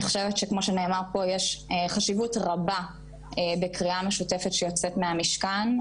אני חושבת שכמו שנאמר פה יש חשיבות רבה בקריאה משותפת שיוצאת מהמשכן,